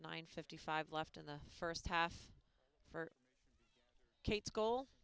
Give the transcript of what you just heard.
nine fifty five left in the first half for kate's goal